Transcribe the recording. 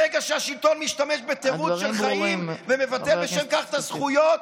ברגע שהשלטון משתמש בתירוץ של חיים ומבטל בשל כך את הזכויות,